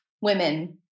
women